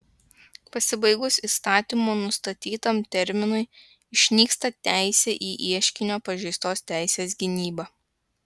pasibaigus įstatymo nustatytam terminui išnyksta teisė į ieškinio pažeistos teisės gynybą